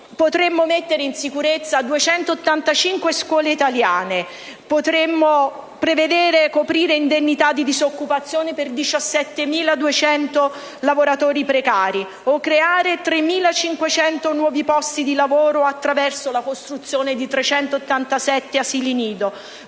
potremmo mettere in sicurezza 285 scuole italiane, prevedere indennità di disoccupazione per 17.200 lavoratori precari, oppure creare ben 3.500 nuovi posti di lavoro attraverso la costruzione di 387 asili nido,